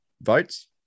votes